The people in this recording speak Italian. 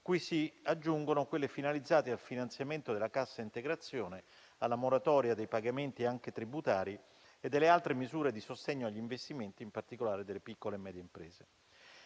cui si aggiungono quelle finalizzate al finanziamento della cassa integrazione, alla moratoria dei pagamenti anche tributari e delle altre misure di sostegno agli investimenti, in particolare delle piccole e medie imprese.